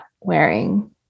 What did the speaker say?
wearing